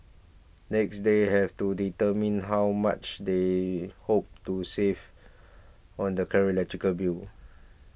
next they have to determine how much they hope to save on their current electricity bill